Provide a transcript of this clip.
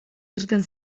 irten